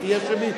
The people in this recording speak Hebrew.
היא תהיה שמית.